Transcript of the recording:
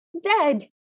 dead